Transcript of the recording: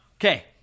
Okay